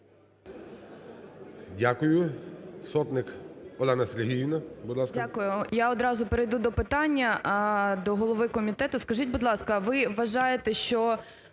Дякую. Сотник Олена Сергіївна, будь ласка. 11:07:33 СОТНИК О.С. Дякую. Я одразу перейду до питання до голови комітету. Скажіть, будь ласка, ви вважаєте, що